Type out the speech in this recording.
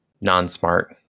non-smart